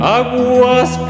aguas